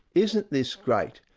isn't this great?